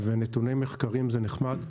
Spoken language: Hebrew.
ונתונים מחקריים זה נחמד,